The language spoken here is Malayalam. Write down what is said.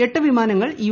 എട്ട് വിമാനങ്ങൾ യു